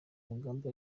mugambage